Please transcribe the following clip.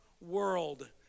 world